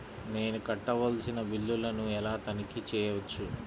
నేను కట్టవలసిన బిల్లులను ఎలా తనిఖీ చెయ్యవచ్చు?